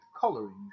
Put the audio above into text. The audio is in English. coloring